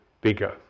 bigger